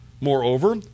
Moreover